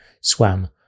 swam